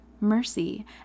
mercy